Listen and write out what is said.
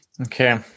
Okay